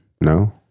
No